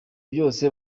byose